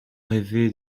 rêvé